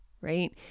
right